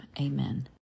Amen